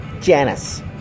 Janice